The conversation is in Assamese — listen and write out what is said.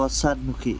পশ্চাদমুখী